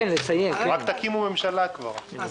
תקימו ממשלה כבר.